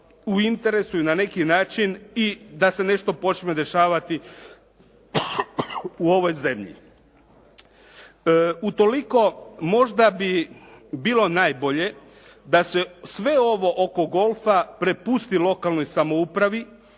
u interesu i na neki način i da se nešto počne dešavati u ovoj zemlji. Utoliko možda bi bilo najbolje da se sve ovo oko golfa prepusti lokalnoj samoupravi